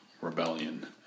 rebellion